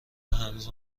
هنوز